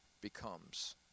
becomes